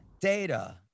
data